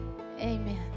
amen